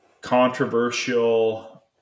controversial